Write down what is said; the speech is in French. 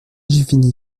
juvigny